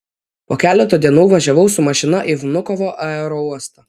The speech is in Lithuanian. po keleto dienų važiavau su mašina į vnukovo aerouostą